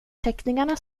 teckningarna